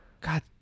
god